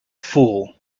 fool